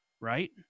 Right